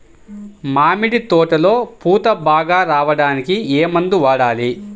మామిడి తోటలో పూత బాగా రావడానికి ఏ మందు వాడాలి?